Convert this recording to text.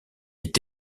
est